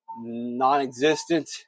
non-existent